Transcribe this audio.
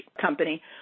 company